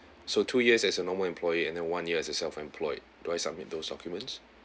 so two years as a normal employee and then one year as a self-employed do I submit those documents